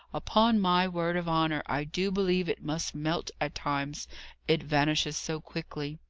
upon my word of honour, i do believe it must melt at times it vanishes so quickly.